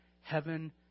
heaven